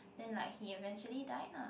then like he eventually died lah